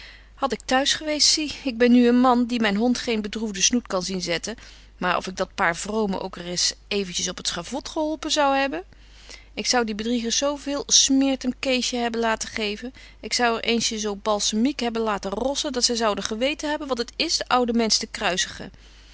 had ik t'huis geweest zie ik ben nu een man die myn hond geen bedroefde snoet kan zien zetten maar of ik dat paar vromen ook reis eventjes op het schavot zou geholpen hebben ik zou die bedriegers zo veel smeert hem keesje hebben laten geven ik zou er eensjes zo balsemiek hebben laten rossen dat zy zouden geweten hebben wat het is den ouden mensch te